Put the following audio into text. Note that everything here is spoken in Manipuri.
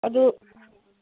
ꯑꯗꯨ